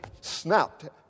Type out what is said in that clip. snapped